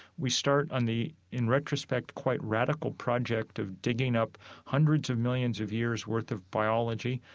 we start on the, in retrospect, quite radical project of digging up hundreds of millions of years' worth of biology,